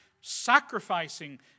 sacrificing